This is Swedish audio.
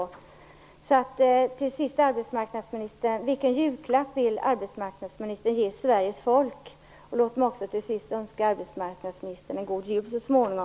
Så till sist, arbetsmarknadsministern: Vilken julklapp vill arbetsmarknadsministern ge Sveriges folk? Låt mig också till sist önska arbetsmarknadsministern en god jul så småningom.